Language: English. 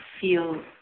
feel